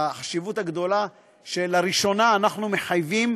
החשיבות הגדולה היא שלראשונה אנחנו מחייבים,